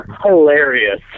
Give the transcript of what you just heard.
Hilarious